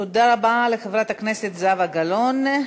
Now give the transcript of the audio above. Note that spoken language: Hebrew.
תודה רבה לחברת הכנסת זהבה גלאון.